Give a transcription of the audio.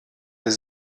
will